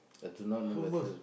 I do not know whether